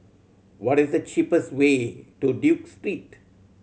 what is the cheapest way to Duke Street